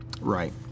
Right